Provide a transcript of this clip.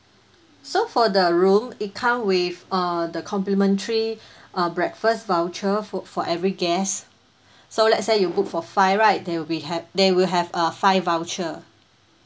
so for the room it come with err the complementary uh breakfast voucher fo~ for every guest so let's say you book for five right there will be have there will have uh five voucher